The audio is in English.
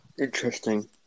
interesting